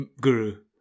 guru